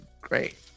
great